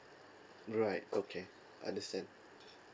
right okay understand